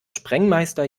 sprengmeister